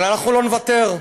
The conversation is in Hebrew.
אבל אנחנו לא נוותר.